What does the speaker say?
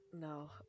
no